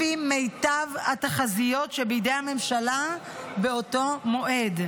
לפי מיטב התחזיות בידי הממשלה באותו מועד,